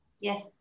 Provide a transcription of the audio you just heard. Yes